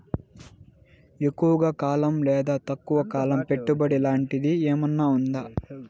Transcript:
ఎక్కువగా కాలం లేదా తక్కువ కాలం పెట్టుబడి లాంటిది ఏమన్నా ఉందా